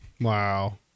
Wow